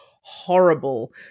horrible